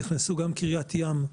נכנסו גם קריית ים,